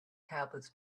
tablets